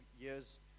years